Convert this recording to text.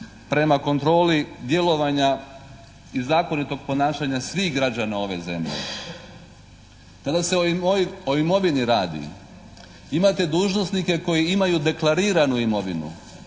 prema kontroli djelovanja i zakonitog ponašanja svih građana ove zemlje. Kada se o imovini radi imate dužnosnike koji imaju deklariranu imovinu,